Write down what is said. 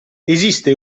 esiste